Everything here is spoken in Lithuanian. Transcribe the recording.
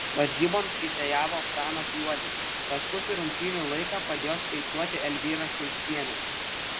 varžyboms teisėjavo pranas juodis taškus ir rungtynių laiką padėjo skaičiuoti elvyra šulcienė